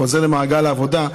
למעגל העבודה,